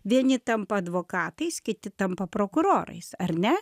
vieni tampa advokatais kiti tampa prokurorais ar ne